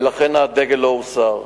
ולכן הדגל לא הוסר.